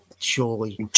Surely